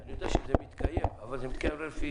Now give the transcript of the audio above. אני יודע שזה מתקיים אבל זה מתקיים לפי